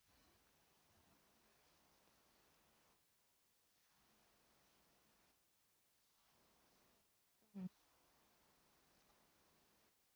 mm